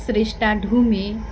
Shreshta Dhume